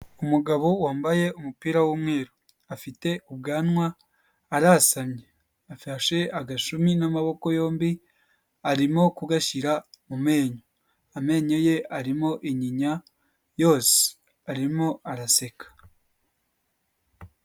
Umugabo wambaye umupira w'umweru, afite ubwanwa arasamye, afashe agashumi n'amaboko yombi, arimo kugashyira mu menyo, amenyo ye arimo inyinya yose, arimo araseka.